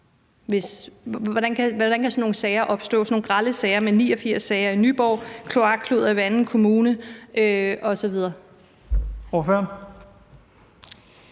Hvordan kan sådan nogle grelle sager opstå? Det er 89 sager i Nyborg, kloakkludder i hver anden kommune osv.